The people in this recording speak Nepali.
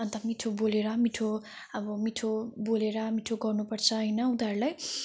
अन्त मिठो बोलेर मिठो अब मिठो बोलेर मिठो गर्नु पर्छ होइन उनीहरूलाई